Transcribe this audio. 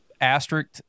asterisk